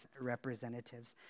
representatives